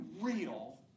real